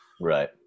Right